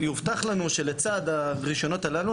יובטח לנו שלצד הרישיונות הללו,